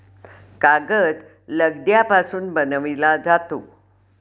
कागद लगद्यापासून बनविला जातो